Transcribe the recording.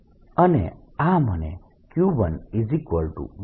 અને આ મને q1 Q d આપે છે